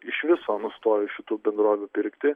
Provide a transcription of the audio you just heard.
iš viso nustojo iš šitų bendrovių pirkti